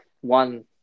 one